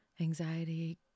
anxiety